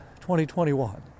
2021